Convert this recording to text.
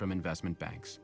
from investment banks